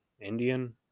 Indian